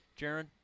Jaron